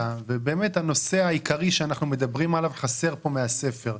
ובאמת הנושא העיקרי שאנחנו מדברים עליו חסר כאן מהספר.